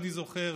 אני זוכר,